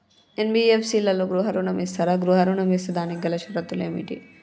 NBFC లలో గృహ ఋణం ఇస్తరా? గృహ ఋణం ఇస్తే దానికి గల షరతులు ఏమిటి?